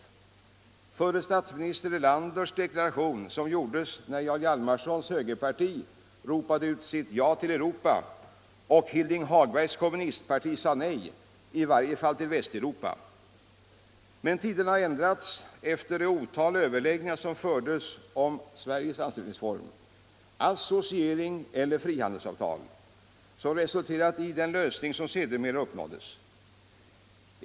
Den förre statsministerns deklaration gjordes när Jarl Hjalmarsons högerparti ropade ut sitt ”Ja till Europa” och Hilding Hagbergs kommunistparti sade nej — i varje fall till Västeuropa. Men tiderna har ändrats efter det otal överläggningar som fördes om Sveriges anslutningsform — associering eller frihandelsavtal — som resulterat i den lösning som sedermera uppnåddes.